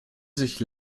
sich